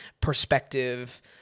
perspective